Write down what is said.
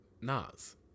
Nas